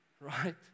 right